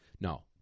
no